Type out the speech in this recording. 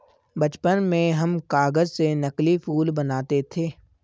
बचपन में हम कागज से नकली फूल बनाते थे